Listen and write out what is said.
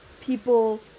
people